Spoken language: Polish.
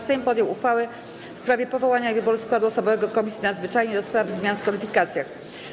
Sejm podjął uchwałę w sprawie powołania i wyboru składu osobowego Komisji Nadzwyczajnej ds. zmian w kodyfikacjach.